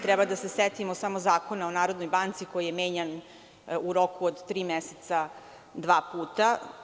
Treba da se setimo samo Zakona o Narodnoj banci koji je menjan u roku od tri meseca dva puta.